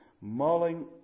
mulling